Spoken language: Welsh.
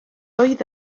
oedd